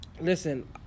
listen